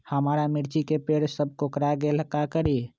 हमारा मिर्ची के पेड़ सब कोकरा गेल का करी?